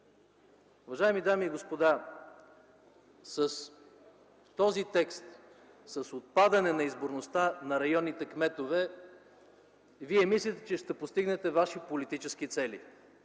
Уважаеми дами и господа, с този текст, с отпадане на изборността на районните кметове, вие мислите, че ще постигнете ваши политически цели